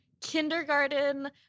kindergarten